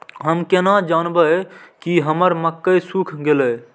हम केना जानबे की हमर मक्के सुख गले?